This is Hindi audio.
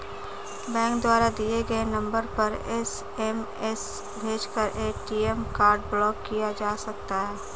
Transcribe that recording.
बैंक द्वारा दिए गए नंबर पर एस.एम.एस भेजकर ए.टी.एम कार्ड ब्लॉक किया जा सकता है